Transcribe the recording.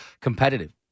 competitive